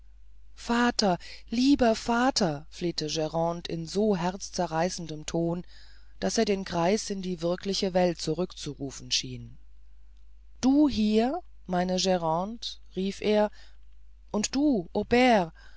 vater lieber vater flehte grande in so herzzerreißendem ton daß er den greis in die wirkliche welt zurückzurufen schien du hier meine grande rief er und du